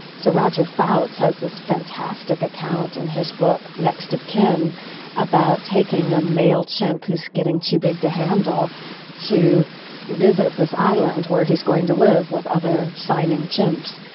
so roger fouts has this fantastic account in his book next of kin about taking a male chimp who is getting too big to handle to visit this island where he is going to live with other signing chips.